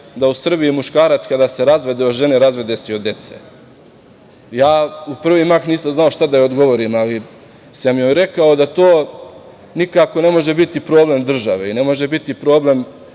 da u Srbiji muškarac kada se razvede od žene razvede se i od dece. Ja u prvi mah nisam znao šta da joj odgovorim, ali sam joj rekao da to nikako ne može biti problem države i ne može biti problem